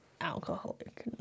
alcoholic